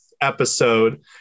episode